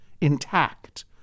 intact